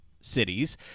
cities